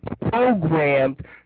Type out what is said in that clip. programmed